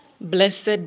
Blessed